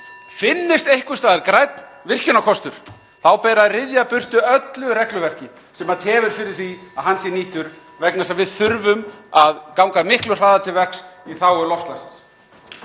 Finnist einhvers staðar grænn virkjunarkostur þá ber að ryðja burtu öllu regluverki sem tefur fyrir því að hann sé nýttur vegna þess að við þurfum að ganga miklu hraðar til verks í þágu loftslagsins.